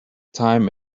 time